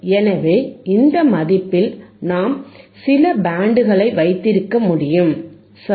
எனவே இந்தமதிப்பில் நாம் சில பேண்டுகளை வைத்திருக்க முடியும் சரி